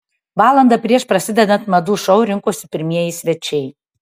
valandą prieš prasidedant madų šou rinkosi pirmieji svečiai